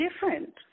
different